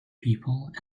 people